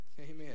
Amen